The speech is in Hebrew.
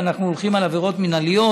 ואנחנו הולכים על עבירות מינהליות